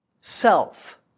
self